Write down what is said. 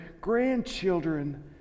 grandchildren